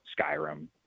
Skyrim